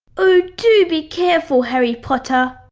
oh do be careful harry potter.